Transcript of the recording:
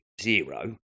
zero